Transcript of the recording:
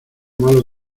malo